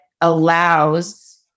allows